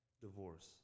divorce